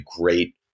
great